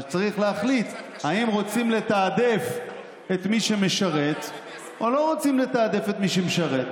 צריך להחליט אם רוצים לתעדף את מי שמשרת או לא רוצים לתעדף את מי שמשרת.